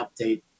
update